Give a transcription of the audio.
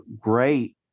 Great